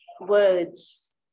words